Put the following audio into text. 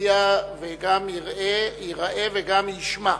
ויגיע וגם ייראה וגם יישמע.